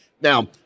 Now